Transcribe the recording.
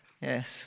Yes